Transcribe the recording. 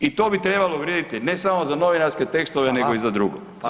I to bi trebalo vrijediti ne samo za novinarske tekstove nego i za druge.